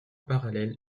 parallèle